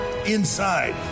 inside